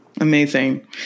Amazing